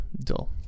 dull